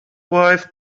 wife